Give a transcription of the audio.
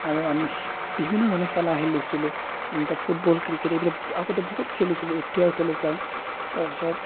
আৰু আমি বিভিন্ন ধৰণৰ খেলা খেলিছিলোঁ ফুটবল ক্ৰিকেট এইবিলাক আগতে বহুত খেলিছিলোঁ এতিয়াও খেলো প্ৰায় তাৰপাছত